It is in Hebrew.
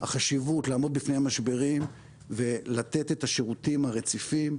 החשיבות לעמוד בפני משברים ולתת את השירותים הרציפים.